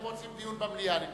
אתם רוצים דיון במליאה אני מבין.